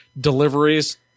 Deliveries